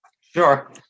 Sure